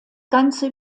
ganze